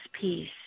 peace